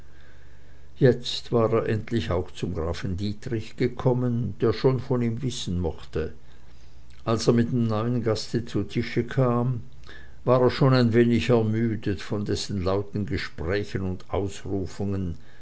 jetzt war er endlich auch zum grafen dietrich gekommen der schon von ihm wissen mochte als er mit dem neuen gaste zu tisch kam war er schon ein wenig ermüdet von dessen lauten gesprächen und ausrufungen